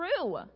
true